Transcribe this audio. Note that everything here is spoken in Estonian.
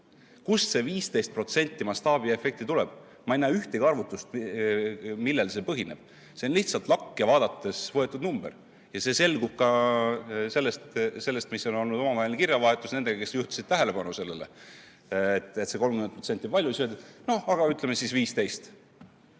Kust see 15% mastaabiefekti tuleb? Ma ei näe ühtegi arvutust, millel see põhineb, see on lihtsalt lakke vaadates võetud number. See selgub ka omavahelisest kirjavahetusest nendega, kes juhtisid tähelepanu sellele, et see 30% on palju. Siis öeldi, noh, aga ütleme siis 15.